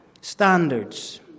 standards